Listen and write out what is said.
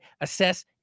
assess